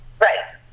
right